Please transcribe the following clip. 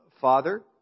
Father